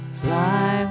fly